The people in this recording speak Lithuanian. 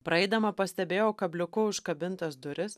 praeidama pastebėjau kabliuku užkabintas duris